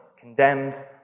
condemned